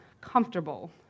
comfortable